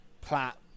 plat